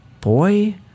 boy